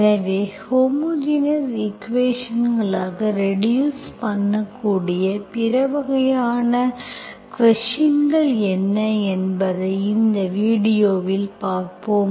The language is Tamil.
எனவே ஹோமோஜினஸ் ஈக்குவேஷன்ஸ்களாகக் ரெடியூஸ் பண்ணக்கூடிய பிற வகையான கொஸ்டின்கள் என்ன என்பதை இந்த வீடியோவில் பார்ப்போம்